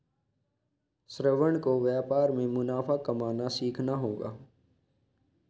श्रवण को व्यापार में मुनाफा कमाना सीखना होगा